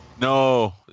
No